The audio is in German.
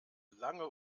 lange